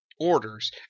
orders